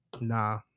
Nah